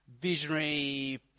visionary